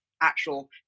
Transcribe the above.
actual